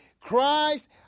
Christ